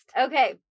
okay